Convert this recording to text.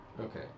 Okay